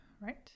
right